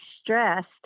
stressed